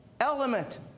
element